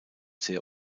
sehr